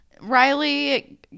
Riley